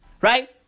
Right